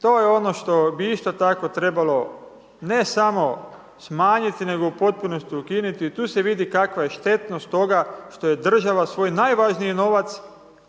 To je ono što bi isto tako trebalo, ne samo smanjiti nego u postupnosti ukinuti. Tu se vidi kakva je štetnost toga, što je država svoj najvažniji novac,